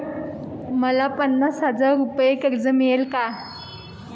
मला पन्नास हजार रुपये कर्ज मिळेल का?